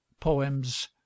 poems